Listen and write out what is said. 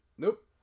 Nope